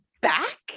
back